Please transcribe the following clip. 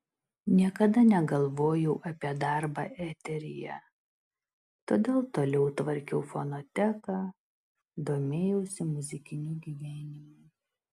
niekada negalvojau apie darbą eteryje todėl toliau tvarkiau fonoteką domėjausi muzikiniu gyvenimu